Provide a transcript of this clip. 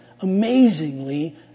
amazingly